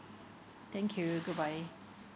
thank you good bye